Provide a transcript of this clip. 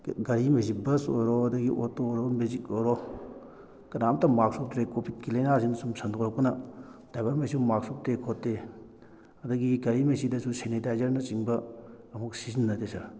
ꯒꯥꯔꯤꯉꯩꯁꯦ bus ꯑꯣꯏꯔꯣ ꯑꯗꯒꯤ auto ꯑꯣꯏꯔꯣ ꯃꯦꯖꯤꯛ ꯑꯣꯏꯔꯣ ꯀꯅꯥꯝꯇ ꯃꯥꯛꯁ ꯎꯞꯇ꯭ꯔꯦ ꯀꯣꯚꯤꯠꯀꯤ ꯂꯥꯏꯅꯥꯁꯤꯅ ꯁꯨꯝ ꯁꯟꯗꯣꯔꯛꯄꯅ ꯗ꯭ꯔꯥꯏꯚꯔꯉꯩꯁꯨ ꯃꯥꯛꯁ ꯎꯞꯇꯦ ꯈꯣꯠꯇꯦ ꯑꯗꯒꯤ ꯒꯥꯔꯤꯉꯩꯁꯤꯗꯁꯨ ꯁꯦꯅꯤꯇꯥꯏꯖꯔꯅꯆꯤꯡꯕ ꯑꯝꯐꯧ ꯁꯤꯖꯤꯟꯅꯗꯦ ꯁꯥꯔ